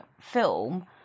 film